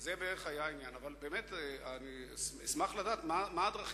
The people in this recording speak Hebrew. אבל אשמח לדעת מה הדרכים,